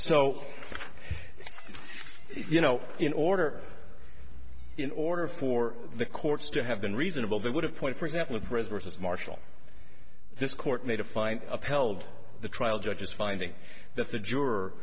so you know in order in order for the courts to have been reasonable they would have point for example of the president as marshal this court made a fine upheld the trial judge's finding that the juror